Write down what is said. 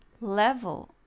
level